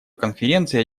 конференция